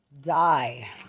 Die